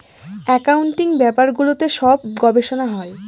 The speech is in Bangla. একাউন্টিং ব্যাপারগুলোতে সব গবেষনা হয়